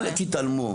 אל תתעלמו.